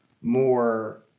more